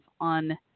on